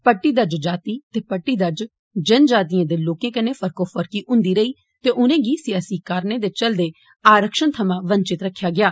पट्टीदर्ज जाति ते पट्टी दर्ज जनजातिएं दे लोकें कन्नै फर्कोफर्की होंदी रेई ते उनेंगी सियासी कारणें दे चलदे आरक्षण थमां वंचित रक्खेआ गेआ